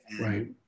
Right